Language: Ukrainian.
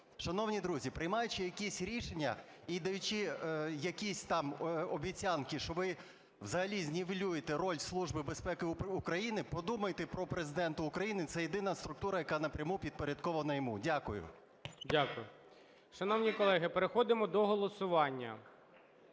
Шановні друзі, приймаючи якісь рішення і даючи якісь там обіцянки, що ви взагалі знівелюєте роль Служби безпеки України, подумайте про Президента України, це єдина структура, яка напряму підпорядкована йому. Дякую. ГОЛОВУЮЧИЙ. Шановні колеги, переходимо до голосування.